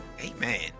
Amen